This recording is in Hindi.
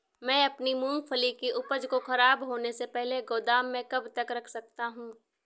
मैं अपनी मूँगफली की उपज को ख़राब होने से पहले गोदाम में कब तक रख सकता हूँ?